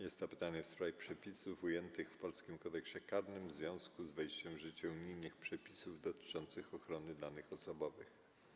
Jest to pytanie w sprawie przepisów ujętych w polskim Kodeksie karnym w związku z wejściem w życie unijnych przepisów dotyczących ochrony danych osobowych.